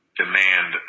demand